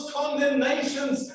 condemnations